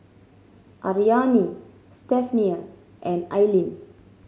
Ariane Stephania and Aileen